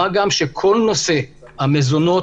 מה גם שכל נושא המזונות,